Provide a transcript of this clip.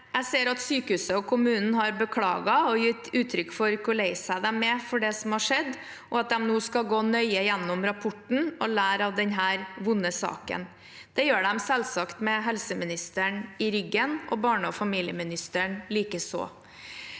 Jeg ser at sykehuset og kommunen har beklaget og gitt uttrykk for hvor lei seg de er for det som har skjedd, og at de nå skal gå nøye gjennom rapporten og lære av denne vonde saken. Det gjør de selvsagt med helseministeren i ryggen – og barne- og familieministeren likeså.